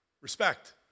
Respect